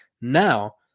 Now